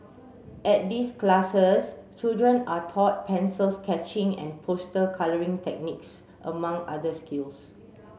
at these classes children are taught pencil sketching and poster colouring techniques among other skills